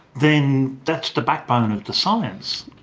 then that's the backbone of the science.